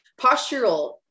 postural